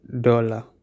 dollar